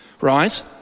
right